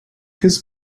his